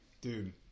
dude